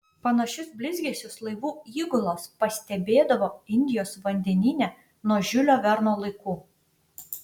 panašius blizgesius laivų įgulos pastebėdavo indijos vandenyne nuo žiulio verno laikų